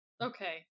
Okay